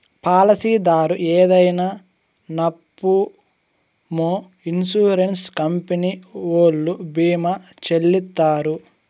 పాలసీదారు ఏదైనా నట్పూమొ ఇన్సూరెన్స్ కంపెనీ ఓల్లు భీమా చెల్లిత్తారు